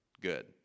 good